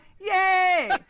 yay